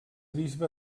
bisbe